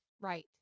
Right